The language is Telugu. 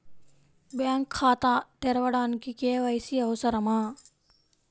బ్యాంక్ ఖాతా తెరవడానికి కే.వై.సి అవసరమా?